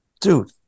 dude